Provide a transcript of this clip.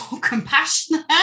compassionate